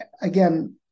again